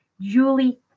Julie